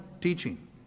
teaching